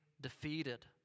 defeated